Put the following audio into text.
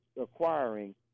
acquiring